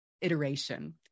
iteration